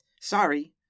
Sorry